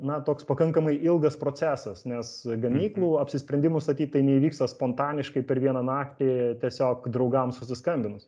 na toks pakankamai ilgas procesas nes gamyklų apsisprendimų statyt tai neįvyksta spontaniškai per vieną naktį tiesiog draugam susiskambinus